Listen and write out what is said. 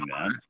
man